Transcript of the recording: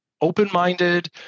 open-minded